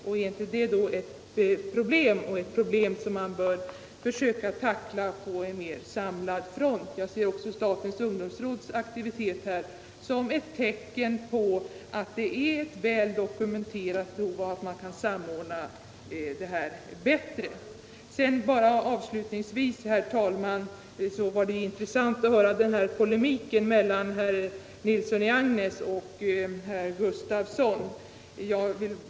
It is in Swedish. Är inte det då ett problem och ett problem som man bör försöka tackla på en mer samlad front? Jag ser även statens ungdomsråds aktivitet här som ett tecken på att det är ett väl dokumenterat behov av en bättre samordning. Avslutningsvis vill jag bara säga, herr talman. att det var intressant att höra polemiken mellan herr Nilsson i Agnäs och herr Gustavsson i Nässjö.